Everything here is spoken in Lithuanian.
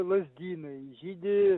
lazdynai žydi